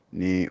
ni